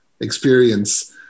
experience